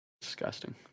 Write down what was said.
Disgusting